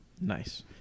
nice